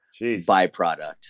byproduct